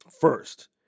first